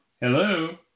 Hello